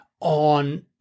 on